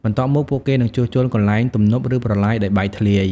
បន្ទាប់មក ពួកគេនឹងជួសជុលកន្លែងទំនប់ ឬប្រឡាយដែលបែកធ្លាយ។